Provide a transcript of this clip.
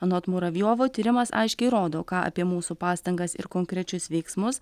anot muravjovo tyrimas aiškiai rodo ką apie mūsų pastangas ir konkrečius veiksmus